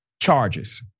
charges